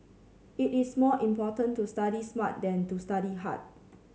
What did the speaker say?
it is more important to study smart than to study hard